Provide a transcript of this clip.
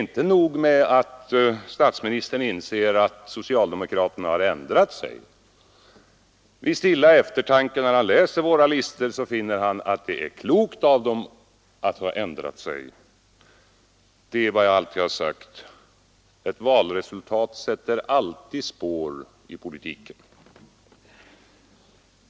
Inte nog med att statsministern inser att socialdemokraterna har ändrat sig — vid stilla eftertanke, när han läser våra listor, finner han att det är klokt av socialdemokraterna att ha ändrat sig. Det är som jag också har sagt: Ett valresultat sätter alltid spår i politiken.